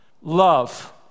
love